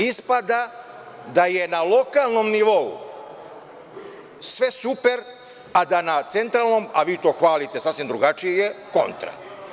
Ispada da je na lokalnom nivou sve super, a da je na centralnom, a vi to hvalite sasvim drugačije, kontra.